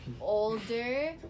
older